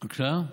בבקשה?